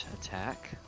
attack